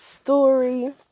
story